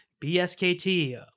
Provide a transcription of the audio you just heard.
B-S-K-T